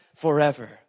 forever